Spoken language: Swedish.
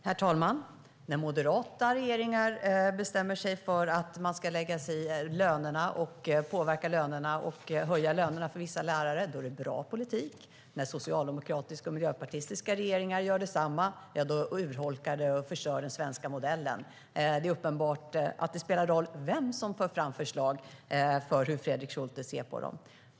Herr talman! När moderata regeringar bestämmer sig för att de ska lägga sig i och påverka lönerna och höja dem för vissa lärare är det bra politik. När socialdemokratiska och miljöpartistiska regeringar gör detsamma urholkar det och förstör den svenska modellen. När det gäller hur Fredrik Schulte ser på förslagen är det uppenbart att det spelar roll för honom vem som tar fram förslagen.